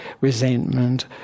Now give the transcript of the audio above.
resentment